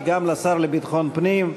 גם היא לשר לביטחון פנים.